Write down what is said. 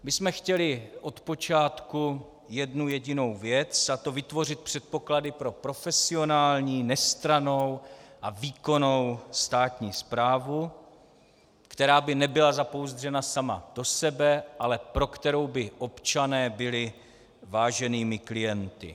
My jsme chtěli odpočátku jednu jedinou věc, a to vytvořit předpoklady pro profesionální, nestrannou a výkonnou státní správu, která by nebyla zapouzdřena sama do sebe, ale pro kterou by občané byli váženými klienty.